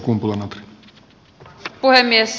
arvoisa puhemies